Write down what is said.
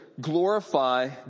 glorify